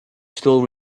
still